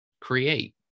create